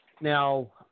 Now